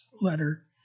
letter